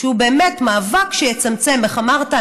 שהוא באמת מאבק שיצמצם איך אמרת,